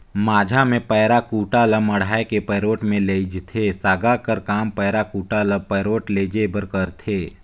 माझा मे पैरा कुढ़ा ल मढ़ाए के पैरोठ मे लेइजथे, सागा कर काम पैरा कुढ़ा ल पैरोठ लेइजे बर करथे